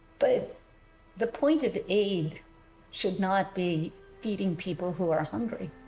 but the point of aid should not be feeding people who are hungry,